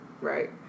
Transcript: Right